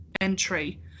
entry